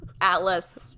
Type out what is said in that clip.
Atlas